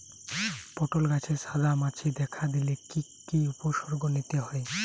পটল গাছে সাদা মাছি দেখা দিলে কি কি উপসর্গ নিতে হয়?